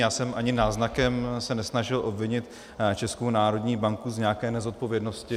Já jsem se ani náznakem nesnažil obvinit Českou národní banku z nějaké nezodpovědnosti.